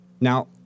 Now